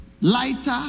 lighter